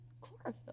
chlorophyll